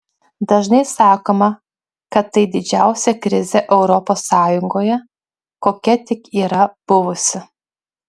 dažnai sakoma kad tai didžiausia krizė europos sąjungoje kokia tik yra buvusi